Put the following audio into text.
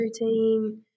routine